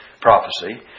prophecy